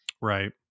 Right